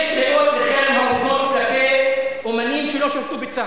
יש קריאות לחרם המופנות כלפי אמנים שלא שירתו בצה"ל.